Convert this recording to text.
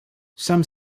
some